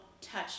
touch